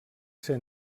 ser